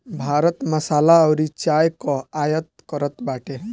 भारत मसाला अउरी चाय कअ आयत करत बाटे